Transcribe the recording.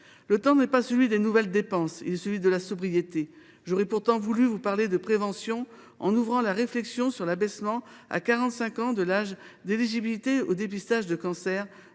Le temps est non pas à de nouvelles dépenses, mais à la sobriété. J’aurais pourtant voulu vous parler de prévention et ouvrir la réflexion sur l’abaissement à 45 ans de l’âge d’éligibilité aux dépistages de